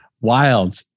Wild